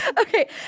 Okay